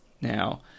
Now